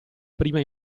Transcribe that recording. prima